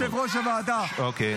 -- ליושב-ראש הוועדה ----- אוקיי.